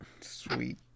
sweet